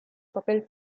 papel